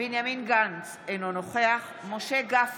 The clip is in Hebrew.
בנימין גנץ, אינו נוכח משה גפני,